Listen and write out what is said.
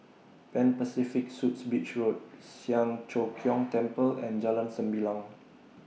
Pan Pacific Suites Beach Road Siang Cho Keong Temple and Jalan Sembilang